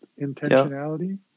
intentionality